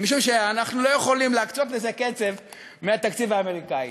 משום שאנחנו לא יכולים להקצות לזה כסף מהתקציב האמריקני.